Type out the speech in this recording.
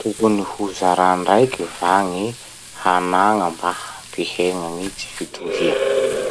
Tokony ho zaràndraiky va gny hanagna mba hampihegna gny tsy fitovia?